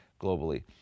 globally